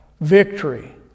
victory